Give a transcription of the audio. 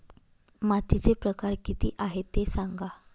मातीचे प्रकार किती आहे ते सांगा